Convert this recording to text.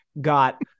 got